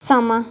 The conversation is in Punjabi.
ਸਮਾਂ